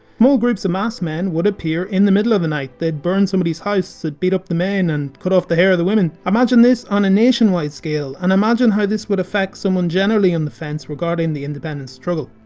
small groups of masked men would appear in the middle of the night, they'd burn somebody's house, they'd beat up the men and cut off the hair of the women. imagine this on a nationwide scale and imagine how this would effect someone generally on and the fence regarding the independence struggle.